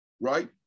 right